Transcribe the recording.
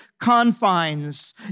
confines